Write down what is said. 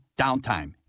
Downtime